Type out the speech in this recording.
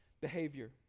behavior